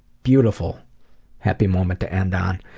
beautiful happy moment to end on.